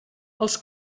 els